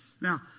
Now